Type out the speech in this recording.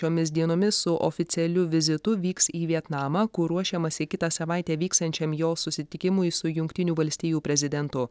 šiomis dienomis su oficialiu vizitu vyks į vietnamą kur ruošiamasi kitą savaitę vyksiančiam jo susitikimui su jungtinių valstijų prezidentu